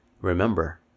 remember